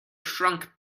shrunk